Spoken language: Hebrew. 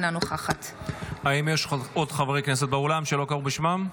אינה נוכחת האם יש עוד חברי כנסת באולם שלא קראו בשמם?